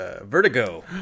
Vertigo